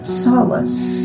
solace